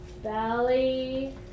belly